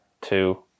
two